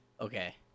Okay